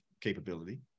capability